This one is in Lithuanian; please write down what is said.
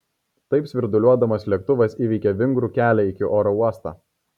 taip svirduliuodamas lėktuvas įveikė vingrų kelią iki oro uosto